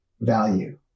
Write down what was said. value